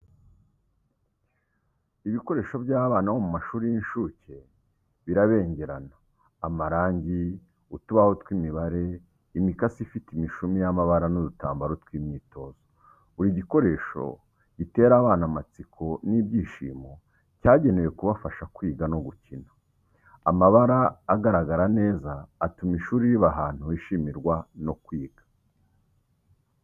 Ibikoresho by’abana bo mu mashuri y’incuke birabengerana, amarangi, utubaho tw’imibare, imikasi ifite imishumi y’amabara, n’udutambaro tw’imyitozo. Buri gikoresho gitera abana amatsiko n’ibyishimo, cyagenewe kubafasha kwiga no gukina. Amabara agaragara neza atuma ishuri riba ahantu hishimirwa no kwiga.